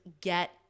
get